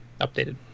updated